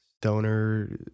stoner